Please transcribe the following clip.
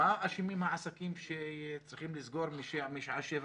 מה אשמים העסקים שצריכים לסגור משעה 19:00?